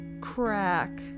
crack